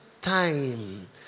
time